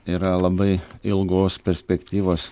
yra labai ilgos perspektyvos